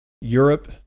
Europe